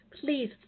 please